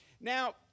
Now